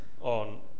on